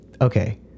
Okay